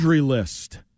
list